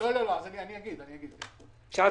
200 מיליון שקל זה גם הסדרת הכביש המוביל.